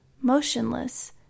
motionless